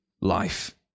life